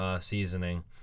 seasoning